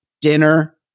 dinner